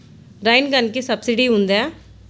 Rain గన్కి subsidy ఉందా?